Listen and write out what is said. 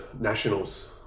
nationals